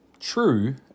true